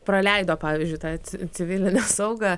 praleido pavyzdžiui tą ci civilinę saugą